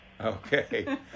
Okay